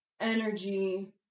energy